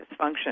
dysfunction